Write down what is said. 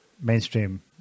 mainstream